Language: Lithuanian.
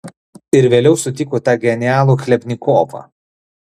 ir vėliau sutiko tą genialų chlebnikovą